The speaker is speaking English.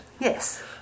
Yes